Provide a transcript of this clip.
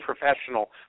professional